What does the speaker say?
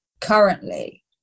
currently